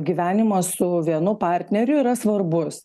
gyvenimas su vienu partneriu yra svarbus